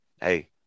hey